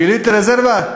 גיליתם רזרבה?